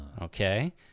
Okay